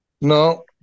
No